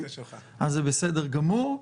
אז זה בסדר גמור.